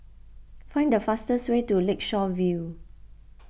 find the fastest way to Lakeshore View